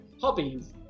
hobbies